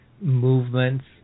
movements